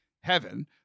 heaven